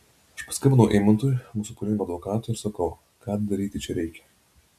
aš paskambinau eimantui mūsų pagrindiniam advokatui ir sakau ką daryti čia reikia